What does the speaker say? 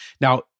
now